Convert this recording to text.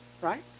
Right